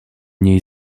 niej